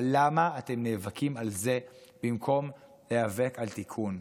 אבל למה אתם נאבקים על זה במקום להיאבק על תיקון?